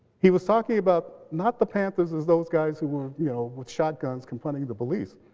he was talking about not the panthers as those guys who were you know with shotguns confronting the police,